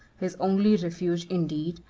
his only refuge, indeed,